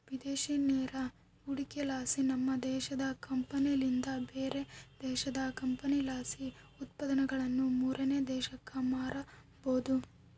ವಿದೇಶಿ ನೇರ ಹೂಡಿಕೆಲಾಸಿ, ನಮ್ಮ ದೇಶದ ಕಂಪನಿಲಿಂದ ಬ್ಯಾರೆ ದೇಶದ ಕಂಪನಿಲಾಸಿ ಉತ್ಪನ್ನಗುಳನ್ನ ಮೂರನೇ ದೇಶಕ್ಕ ಮಾರಬೊದು